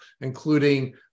including